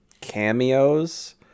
cameos